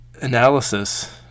analysis